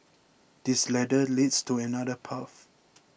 this ladder leads to another path